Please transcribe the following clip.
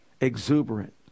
Exuberant